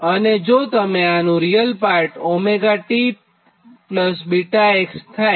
અને જો તમે આનું રીયલ પાર્ટ cos 𝜔t𝛽x થાય